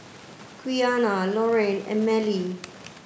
Quiana Lorraine and Mellie